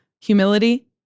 humility